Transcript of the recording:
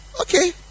Okay